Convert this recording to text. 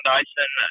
Dyson